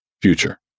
future